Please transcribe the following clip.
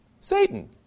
Satan